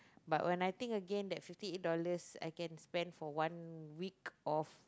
but when I think again that fifty eight dollars I can spend for one week of